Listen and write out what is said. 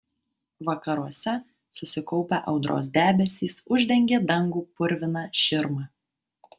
vakaruose susikaupę audros debesys uždengė dangų purvina širma